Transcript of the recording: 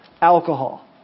alcohol